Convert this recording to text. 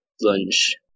lunge